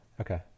okay